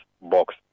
box